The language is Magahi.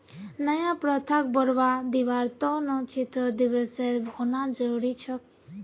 नया प्रथाक बढ़वा दीबार त न क्षेत्र दिवसेर होना जरूरी छोक